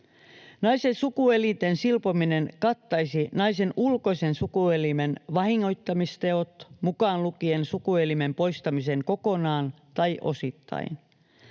Naisen sukuelinten silpominen kattaisi naisen ulkoisen sukuelimen vahingoittamisteot, mukaan lukien sukuelimen poistamisen kokonaan tai osittain.